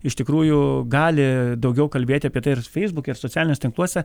iš tikrųjų gali daugiau kalbėti apie tai ir feisbuke socialiniuos tinkluose